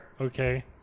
Okay